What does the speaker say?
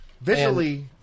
visually